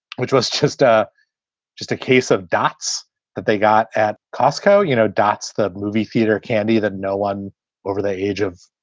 which was just a just a case of dots that they got at costco, you know, dots the movie theater, candy, that no one over the age of,